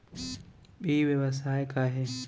ई व्यवसाय का हे?